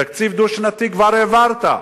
תקציב דו-שנתי כבר העברת.